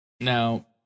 Now